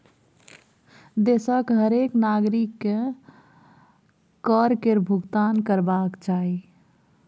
देशक हरेक नागरिककेँ कर केर भूगतान करबाक चाही